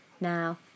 Now